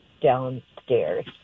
downstairs